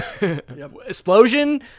Explosion